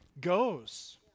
goes